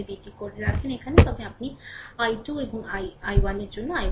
আপনি যদি এটি এখানে রাখেন তবে আপনি i1 এবং i2 এর জন্য i 1 সমাধান পাবেন